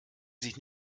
sich